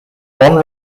one